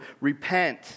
repent